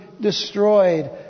destroyed